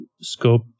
scope